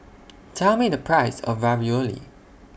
Tell Me The Price of Ravioli